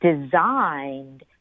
designed